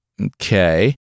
Okay